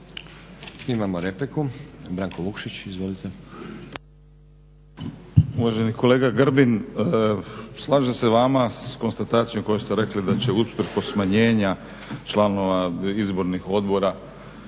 laburisti - Stranka rada)** Uvaženi kolega Grbin, slažem se s vama s konstatacijom koju ste rekli da će usprkos smanjenja članova izbornih odbora